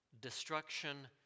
destruction